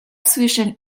zwischen